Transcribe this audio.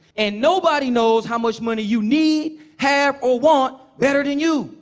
and nobody knows how much money you need, have or want better than you,